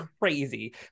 crazy